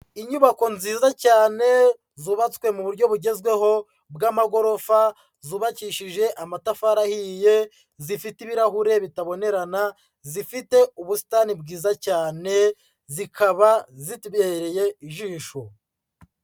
Inyubako nziza cyane, zubatswe mu buryo bugezweho bw'amagorofa, zubakishije amatafari ahiye, zifite ibirahure bitabonerana, zifite ubusitani bwiza cyane, zikaba zibereye ijisho.